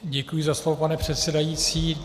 Děkuji za slovo, pane předsedající.